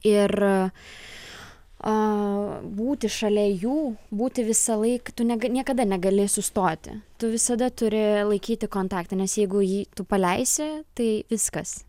ir a būti šalia jų būti visąlaik tu nega niekada negali sustoti tu visada turi laikyti kontaktą nes jeigu jį tu paleisi tai viskas